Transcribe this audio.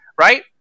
right